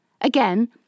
Again